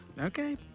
Okay